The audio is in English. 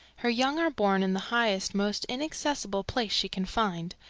her young are born in the highest, most inaccessible place she can find,